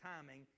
timing